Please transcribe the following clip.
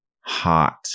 hot